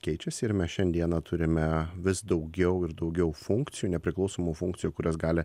keičiasi ir mes šiandieną turime vis daugiau ir daugiau funkcijų nepriklausomų funkcijų kurias gali